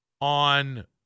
on –